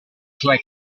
cioè